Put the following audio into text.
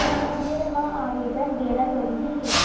ऋण मा आवेदन देना जरूरी हे?